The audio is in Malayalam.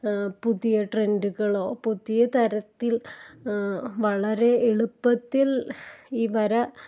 പുതിയ ട്രെണ്ടുകളോ പുതിയ തരത്തില് വളരെ എളുപ്പത്തില് ഈ വര